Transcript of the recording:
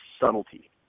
subtlety